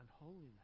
unholiness